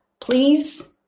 please